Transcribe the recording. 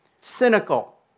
cynical